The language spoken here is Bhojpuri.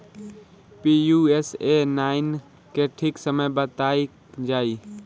पी.यू.एस.ए नाइन के ठीक समय बताई जाई?